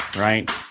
right